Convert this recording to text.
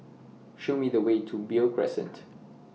Show Me The Way to Beo Crescent